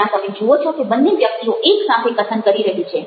જ્યાં તમે જુઓ છો કે બંને વ્યક્તિઓ એક સાથે કથન કરી રહી છે